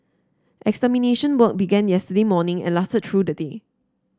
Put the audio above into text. extermination work began yesterday morning and lasted through the day